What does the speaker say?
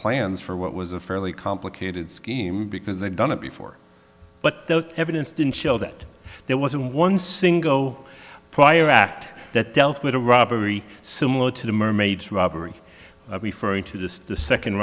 plans for what was a fairly complicated scheme because they'd done it before but the evidence didn't show that there wasn't one single prior act that dealt with a robbery similar to the mermaid's robbery into the second